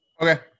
Okay